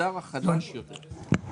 במגזר החלש יותר.